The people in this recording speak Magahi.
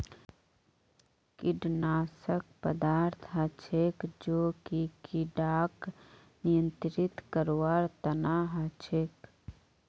कीटनाशक पदार्थ हछेक जो कि किड़ाक नियंत्रित करवार तना हछेक